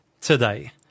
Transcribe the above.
today